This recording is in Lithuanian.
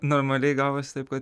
normaliai gavosi taip kad